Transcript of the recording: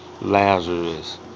Lazarus